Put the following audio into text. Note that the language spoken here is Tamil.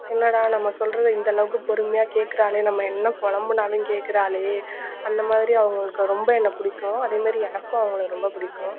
என்னடா நம்ம சொல்றதை இந்தளவுக்கு பொறுமையாக கேட்கறாளே நம்ம என்ன புலம்புனாலும் கேட்கறாளே அந்த மாதிரி அவங்களுக்கு ரொம்ப என்னை பிடிக்கும் அதேமாரி எனக்கும் அவங்கள ரொம்ப பிடிக்கும்